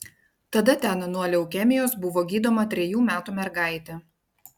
tada ten nuo leukemijos buvo gydoma trejų metų mergaitė